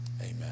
Amen